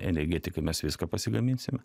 energetikai mes viską pasigaminsime